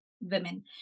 women